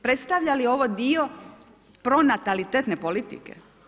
Predstavlja li ovo dio pronatalitetne politike?